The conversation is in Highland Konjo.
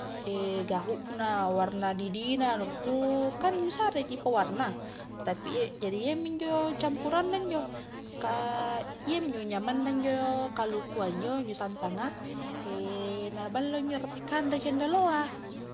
gahu na, warna didi na, nu kan nu sare ji pewarna tapi iya, jadi iya minjo campurang na injo ka iyaminjo nyamang na injo kalukua injo-injo santanga na ballo injo ro ri kanre cendoloa.